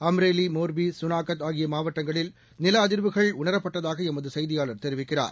அம்ரேலி மோர்பி சுனாகத் ஆகியமாவட்டங்களில் நிலஅதிர்வுகள் உணரப்பட்டதாகஎமதுசெய்தியாளர் தெரிவிக்கிறார்